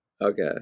Okay